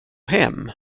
hem